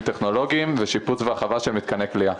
טכנולוגיים ושיפוץ והרחבה של מתקני כליאה.